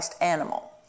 animal